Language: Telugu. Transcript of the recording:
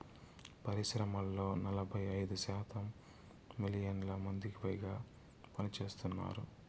పరిశ్రమల్లో నలభై ఐదు శాతం మిలియన్ల మందికిపైగా పనిచేస్తున్నారు